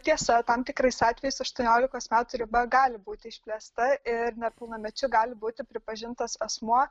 tiesa tam tikrais atvejais aštuoniolikos metų riba gali būti išplėsta ir nepilnamečiu gali būti pripažintas asmuo